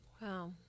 Wow